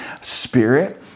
spirit